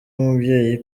umubyeyi